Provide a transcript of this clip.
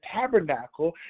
tabernacle